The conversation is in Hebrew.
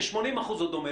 ב-80% הוא דומה,